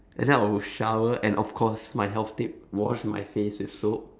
and then I will shower and of course my health tip wash my face with soap